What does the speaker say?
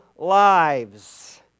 lives